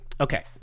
Okay